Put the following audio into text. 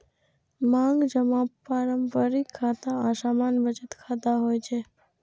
मांग जमा पारंपरिक खाता आ सामान्य बचत खाता होइ छै